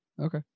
Okay